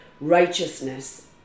Righteousness